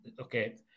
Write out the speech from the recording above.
Okay